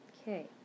Okay